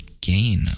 gain